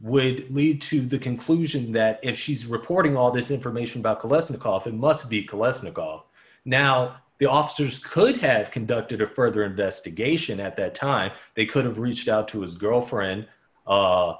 would lead to the conclusion that if she's reporting all this information about the lesson the coffin must be kolesnikov now the officers could have conducted a further investigation at that time they could have reached out to his girlfriend